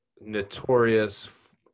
notorious